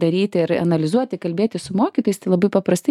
daryti ir analizuoti kalbėti su mokytojais tai labai paprastai